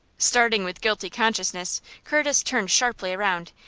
starting with guilty consciousness, curtis turned sharply around,